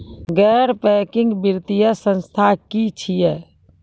गैर बैंकिंग वित्तीय संस्था की छियै?